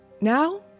Now